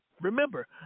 Remember